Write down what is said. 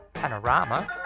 Panorama